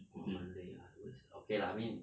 orh 很累 lah 是不是 okay lah I mean